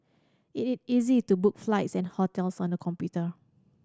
it is easy to book flights and hotels on the computer